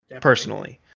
Personally